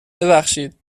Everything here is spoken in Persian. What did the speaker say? ببخشید